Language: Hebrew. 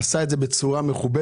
עשה את זה בצורה מכובדת,